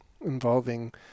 involving